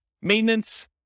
maintenance